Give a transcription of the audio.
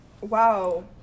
wow